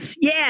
yes